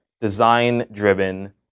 design-driven